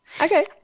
Okay